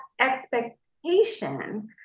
expectation